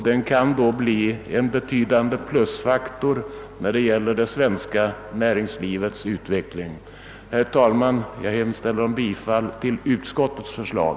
Den kan då bli en betydande faktor när det gäller det svenska näringslivets utveckling. Herr talman! Jag hemställer om bifall till utskottets förslag.